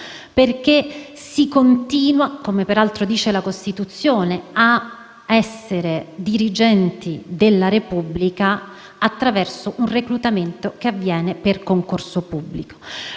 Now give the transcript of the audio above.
perché si continua - come peraltro prevede la Costituzione - ad essere dirigenti della Repubblica attraverso un reclutamento, che avviene per concorso pubblico.